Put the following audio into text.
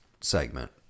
segment